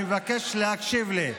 אני מבקש להקשיב לי,